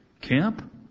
Camp